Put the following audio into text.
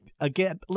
again